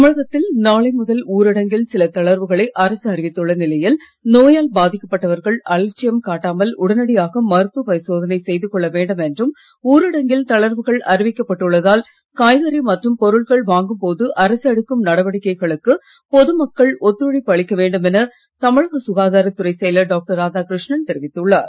தமிழகத்தில் நாளை முதல் ஊரடங்கில் சில தளர்வுகளை அரசு அறிவித்துள்ள நிலையில் நோயால் பாதிக்கப்பட்டவர்கள் அலட்சியம் காட்டாமல் உடனடியாக மருத்துவ பரிசோதனை செய்து கொள்ள வேண்டும் என்றும் ஊரடங்கில் தளர்வுகள் அறிவிக்கப்பட்டுள்ளதால் காய்கறி மற்றும் பொருட்கள் வாங்கும் போது அரசு எடுக்கும் நடவடிக்கைகளுக்கு பொது மக்கள் ஒத்துழைப்பு அளிக்க வேண்டுமென தமிழக சுகாதாரத்துறை செயலர் டாக்டர் ராதாகிருஷ்ணன் தெரிவித்துள்ளார்